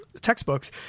textbooks